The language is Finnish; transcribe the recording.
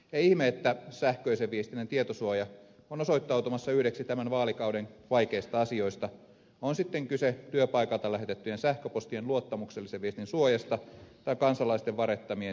ei ihme että sähköisen viestinnän tietosuoja on osoittautumassa yhdeksi tämän vaalikauden vaikeista asioista on sitten kyse työpaikalta lähetettyjen sähköpostien luottamuksellisen viestin suojasta tai kansalaisten warettamien sisältöjen tekijänoikeuksista